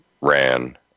ran